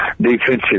defensive